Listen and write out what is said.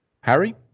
Harry